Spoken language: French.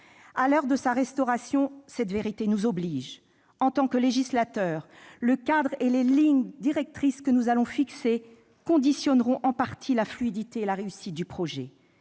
À l'heure de sa restauration, cette vérité nous oblige. En tant que législateurs, le cadre et les lignes directrices que nous allons fixer conditionneront en partie la fluidité et la réussite du projet.